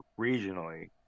regionally